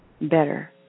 Better